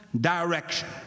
direction